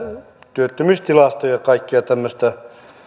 työttömyystilastoja tehdään kaikkea tämmöistä